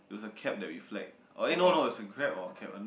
it was a cab that we flag oh eh no no it was a grab or cab I don't know